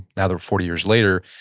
now they're forty years later,